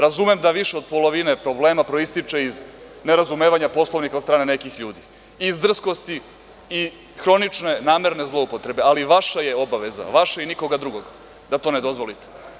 Razumem da više od polovine problema proističe iz nerazumevanja Poslovnika od strane nekih ljudi, iz drskosti i hronične namerne zloupotrebe, ali vaša je obaveza, vaša nikoga drugog, da to ne dozvolite.